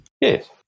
Yes